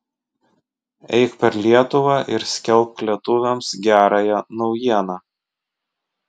eik per lietuvą ir skelbk lietuviams gerąją naujieną